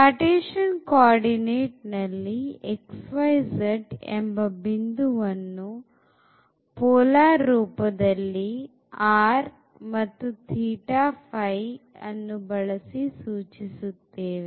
Cartesian coordinate ನಲ್ಲಿ xyz ಎಂಬ ಬಿಂದು ವನ್ನು ಕೋಲಾರ್ ರೂಪದಲ್ಲಿ rθ ಮತ್ತು ϕ ಅನ್ನು ಬಳಸಿ ಸೂಚಿಸುತ್ತೇವೆ